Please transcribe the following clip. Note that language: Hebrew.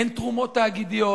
אין תרומות תאגידיות,